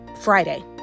Friday